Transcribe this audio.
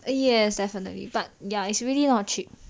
uh yes definitely but ya it's really not cheap